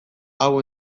hau